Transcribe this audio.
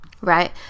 right